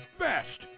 best